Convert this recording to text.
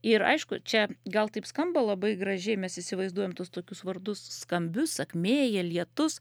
ir aišku čia gal taip skamba labai gražiai mes įsivaizduojam tuos tokius vardus skambius sakmėja lietus